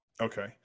Okay